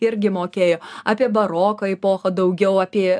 irgi mokėjo apie baroko epochą daugiau apie